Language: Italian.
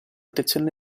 protezione